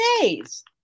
days